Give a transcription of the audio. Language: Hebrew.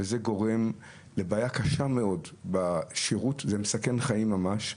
זה גורם לבעיה קשה מאוד בשירות וזה מסכן חיים ממש.